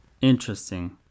Interesting